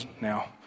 now